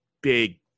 big